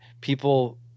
people